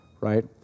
right